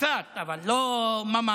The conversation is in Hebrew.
קצת, אבל לא ממש.